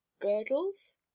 Girdles